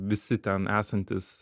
visi ten esantys